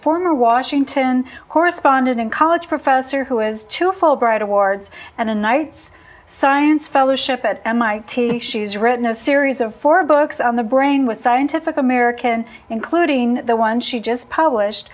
former washington correspondent and college professor who is cheerful bright awards and a nights science fellowship at m i t she's written a series of four books on the brain with scientific american including the one she just published